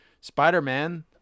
Spider-Man